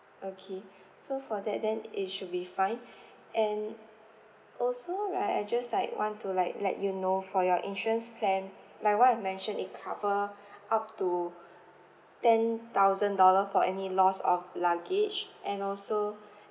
okay so for that then it should be fine and also right I just like want to like let you know for your insurance plan like what I've mentioned it cover up to ten thousand dollar for any loss of luggage and also